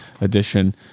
edition